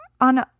on